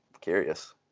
curious